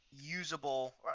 usable